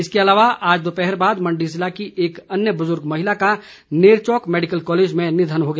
इसके अलावा आज दोपहर बाद मण्डी जिला की एक अन्य बुजुर्ग महिला का नेरचौक मैडिकल कॉलेज में निधन हो गया